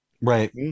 right